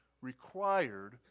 required